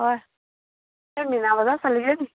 হয় এই মিনা বজাৰ চালিগৈ নেকি